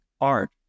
art